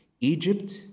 Egypt